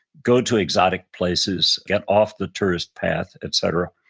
go to exotic places, get off the tourist path, etc.